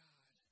God